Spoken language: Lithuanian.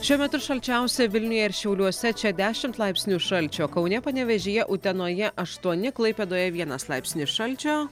šiuo metu šalčiausia vilniuje ir šiauliuose čia dešimt laipsnių šalčio kaune panevėžyje utenoje aštuoni klaipėdoje vienas laipsnis šalčio